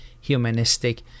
humanistic